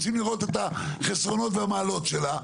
רוצים לראות את החסרונות והמעלות שלה.